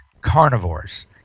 carnivores